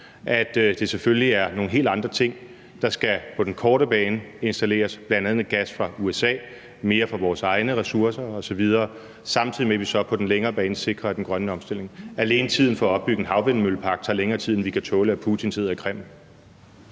at det selvfølgelig er nogle helt andre ting, der på den korte bane skal installeres, bl.a. gas fra USA, mere fra vores egne ressourcer osv., samtidig med at vi så på den længere bane sikrer den grønne omstilling? Alene tiden til at opbygge en havvindmøllepark tager længere tid, end vi kan tåle Putin sidder i Kreml.